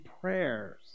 prayers